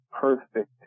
perfect